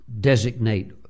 designate